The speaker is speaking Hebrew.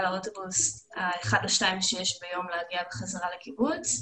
לאוטובוס האחד או שניים שיש ביום להגיע בחזרה לקיבוץ,